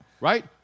right